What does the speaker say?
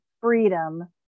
freedom